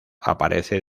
aparece